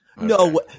no